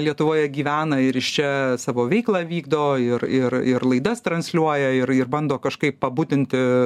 lietuvoje gyvena ir iš čia savo veiklą vykdo ir ir ir laidas transliuoja ir ir bando kažkaip pabudinti